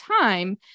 time